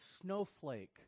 snowflake